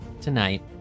tonight